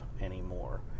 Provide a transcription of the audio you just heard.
anymore